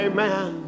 Amen